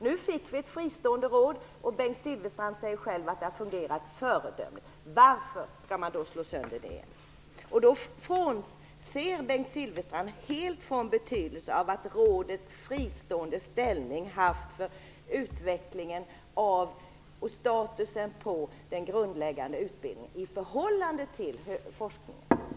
Nu fick vi ett fristående råd, och Bengt Silfverstrand säger själv att det har fungerat föredömligt. Varför skall man då slå sönder det? Då bortser Bengt Silfverstrand helt den betydelse rådets fristående ställning haft för utvecklingen av och statusen på den grundläggande utbildningen i förhållande till forskningen.